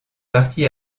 parti